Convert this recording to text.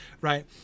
Right